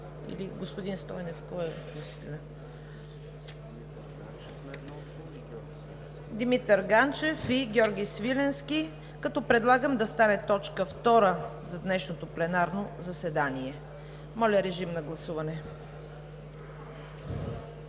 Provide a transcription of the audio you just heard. Димитър Ганчев и Георги Свиленски, като предлагам да стане точка втора за днешното пленарно заседание. Моля, гласувайте.